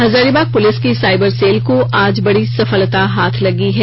Hazaribagh police की cyber cell को आज बड़ी सफलता हाथ लगी है